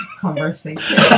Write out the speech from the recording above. conversation